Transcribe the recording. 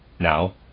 Now